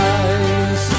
eyes